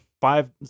five